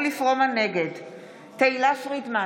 נגד תהלה פרידמן,